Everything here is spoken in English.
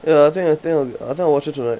ya I think I think I'll I think I'll watch it tonight